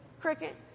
Cricket